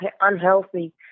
unhealthy